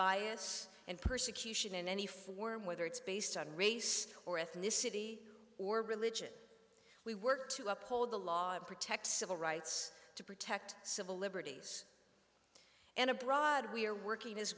bias and persecution in any form whether it's based on race or ethnicity or religion we work to uphold the law and protect civil rights to protect civil liberties and abroad we are working as